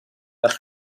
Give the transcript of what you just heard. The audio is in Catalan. les